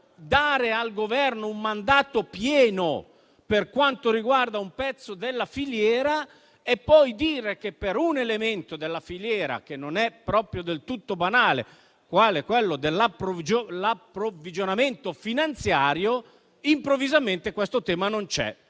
dare al Governo un mandato pieno per quanto riguarda un pezzo della filiera e poi dire che per un elemento della filiera, che non è del tutto banale, quale quello dell'approvvigionamento finanziario, improvvisamente questo tema non c'è.